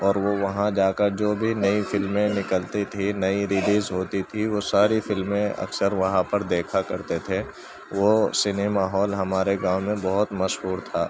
اور وہ وہاں جا کر جو بھی نئی فلمیں نکلتی تھیں نئی ریلیز ہوتی تھیں وہ ساری فلمیں اکثر وہاں پر دیکھا کرتے تھے وہ سنیما ہال ہمارے گاؤں میں بہت مشہور تھا